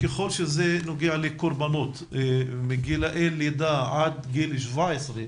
ככל שזה נוגע לקורבנות מגילי לידה עד גיל 17,